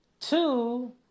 Two